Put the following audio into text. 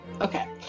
Okay